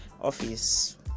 office